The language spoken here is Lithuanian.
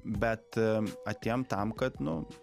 bet atėjom tam kad nu